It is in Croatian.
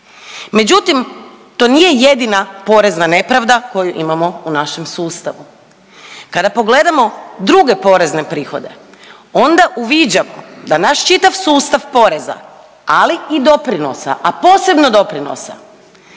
Međutim, to nije jedina porezna nepravda koju imamo u našem sustavu. Kada pogledamo druge porezne prihode onda uviđamo da naš čitav sustav poreza ali i doprinosa, a posebno doprinosa